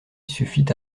suffit